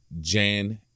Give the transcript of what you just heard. Jan